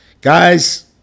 Guys